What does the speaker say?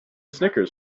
snickers